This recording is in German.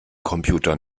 computer